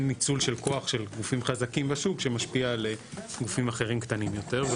ניצול של כוח של גופים חזקים בשוק שמשפיע על גופים אחרים קטנים יותר.